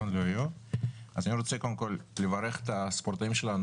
אז אני רוצה קודם כל לברך את הספורטאים שלנו